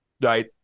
right